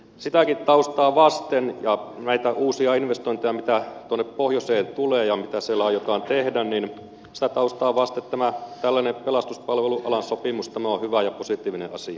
sitäkin taustaa vasten ja näitä uusia investointeja mitä tuonne pohjoiseen tulee ja mitä siellä aiotaan tehdä niin sitä taustaa vasten tämä tällainen pelastuspalvelualan sopimus on hyvä ja positiivinen asia